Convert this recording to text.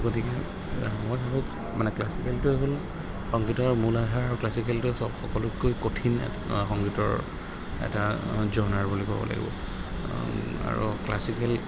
গতিকে মানে ক্লাছিকেলটোৱে হ'ল সংগীতৰ মূল আধাৰ আৰু ক্লাছিকেলটোৱে সকলোতকৈ কঠিন সংগীতৰ এটা জনাৰ বুলি ক'ব লাগিব আৰু ক্লাছিকেল